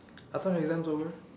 I thought exams over